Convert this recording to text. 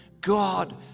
God